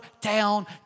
down